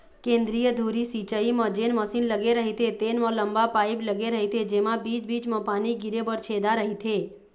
केंद्रीय धुरी सिंचई म जेन मसीन लगे रहिथे तेन म लंबा पाईप लगे रहिथे जेमा बीच बीच म पानी गिरे बर छेदा रहिथे